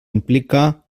implica